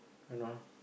kind of